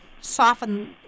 soften